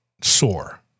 sore